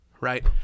right